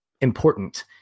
important